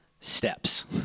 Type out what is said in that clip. Steps